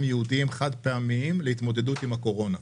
יעודיים וחד-פעמיים להתמודדות עם הקורונה.